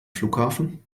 flughafen